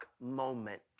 moment